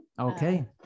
okay